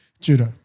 judo